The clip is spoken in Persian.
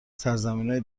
سرزمینای